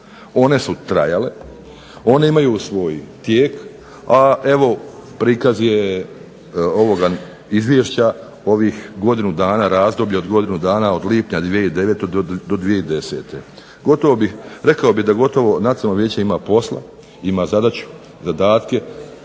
one su trajale, one imaju svoj tijek, a evo prikaz je ovoga Izvješća, ovih godinu dana, razdoblje od godinu dana od lipnja 2009. do 2010. Gotovo bih, rekao bih da nacionalno vijeće ima posla, ima zadaću, zadatke